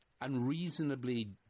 unreasonably